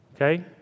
Okay